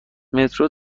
مترو